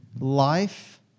life